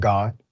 God